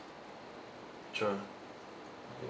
sure